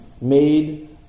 Made